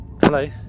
Hello